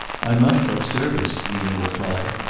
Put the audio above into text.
i must have service, nina replied.